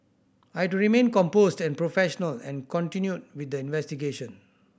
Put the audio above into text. I do remain composed and professional and continue with the investigation